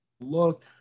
look